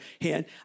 hand